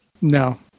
No